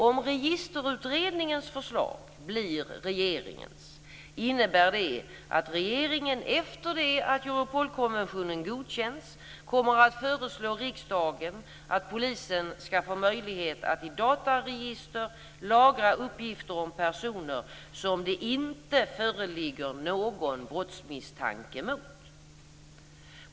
Om Registerutredningens förslag blir regeringens innebär det att regeringen efter det att Europolkonventionen godkänts kommer att föreslå riksdagen att polisen skall få möjlighet att i dataregister lagra uppgifter om personer som det inte föreligger någon brottsmisstanke mot.